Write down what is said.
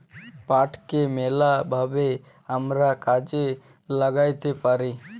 পাটকে ম্যালা ভাবে আমরা কাজে ল্যাগ্যাইতে পারি